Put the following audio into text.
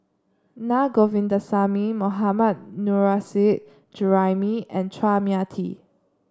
Na Govindasamy Mohammad Nurrasyid Juraimi and Chua Mia Tee